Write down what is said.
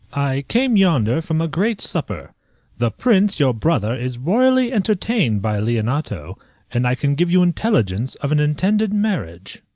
i came yonder from a great supper the prince your brother is royally entertained by leonato and i can give you intelligence of an intended marriage.